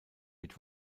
mit